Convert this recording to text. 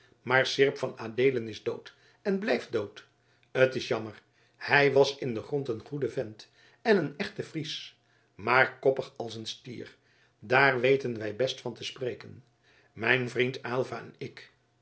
maar seerp van adeelen is dood en blijft dood t is jammer hij was in den grond een goede vent en een echte fries maar koppig als een stier daar weten wij best van te spreken mijn vriend aylva en ik